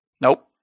nope